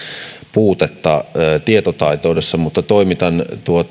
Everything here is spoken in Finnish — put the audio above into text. puutetta tietotaidossa mutta toimitan